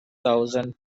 thousand